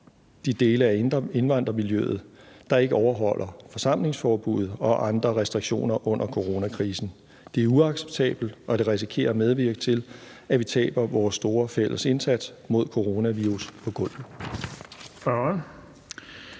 de dele af indvandrermiljøet, der ikke overholder forsamlingsforbuddet og andre restriktioner under coronakrisen. Det er uacceptabelt, og det risikerer at medvirke til, at vi taber vores store fælles indsats mod coronavirus på gulvet.